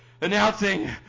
announcing